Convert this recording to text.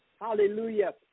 Hallelujah